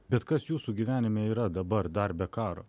bet kas jūsų gyvenime yra dabar dar be karo